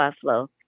flow